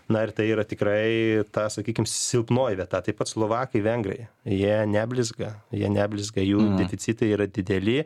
na ir tai yra tikrai ta sakykime silpnoji vieta taip pat slovakai vengrai jie neblizga jie neblizga jų deficitai yra dideli